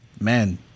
Man